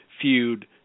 feud